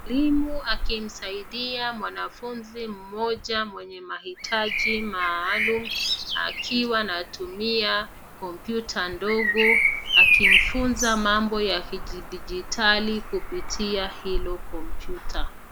Mwalimu akimsaidia mwanafunzi mmoja mwenye mahitaji maalum akiwa anatumia kompyuta ndogo akimfunza mambo ya kidijitali kupitia hilo kompyuta.